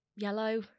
yellow